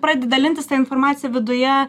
pradedi dalintis ta informacija viduje